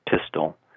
pistol